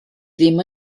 ddim